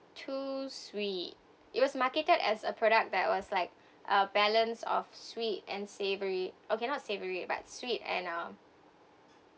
too sweet it was marketed as a product that was like a balance of sweet and savoury okay not savoury but sweet and um